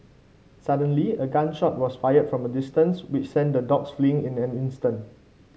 suddenly a gun shot was fired from the distance which sent the dogs fleeing in an instant